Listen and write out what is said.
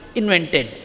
invented